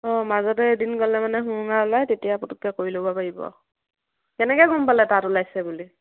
অঁ মাজতে এদিন গ'লে মানে শুৰুঙা ওলাই তেতিয়া পটককৈ কৰি ল'ব পাৰিব কেনেকৈ গম পালে তাত ওলাইছে বুলি